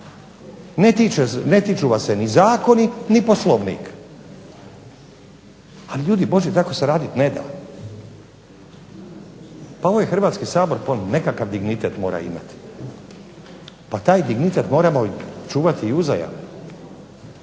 ne tiču vas se ni zakoni ni POslovnik. Ali ljudi Božji tako se raditi ne da, pa ovaj Hrvatski sabor nekakav dignitet mora imati, pa taj dignitet moramo čuvati uzajamno.